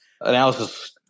analysis